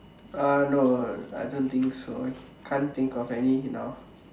uh no I don't think so I can't think of any now